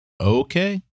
Okay